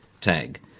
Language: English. tag